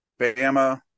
Bama